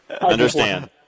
Understand